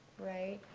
right?